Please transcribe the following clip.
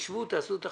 שבו ותעשו את החשיבה.